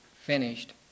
finished